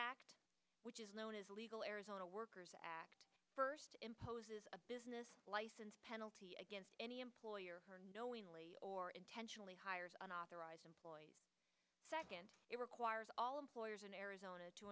which is known as illegal arizona workers act first imposes a business license penalty against any employer knowingly or intentionally hires unauthorized employees second it requires all employers in arizona to